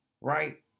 right